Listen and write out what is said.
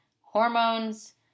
hormones